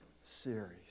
series